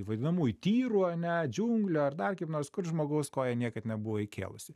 vadinamųjų tyrų ane džiunglių ar dar kaip nors kur žmogaus koja niekad nebuvo įkėlusi